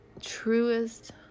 truest